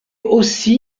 aussi